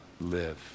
live